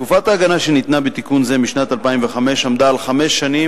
תקופת ההגנה שניתנה בתיקון זה משנת 2005 עמדה על חמש שנים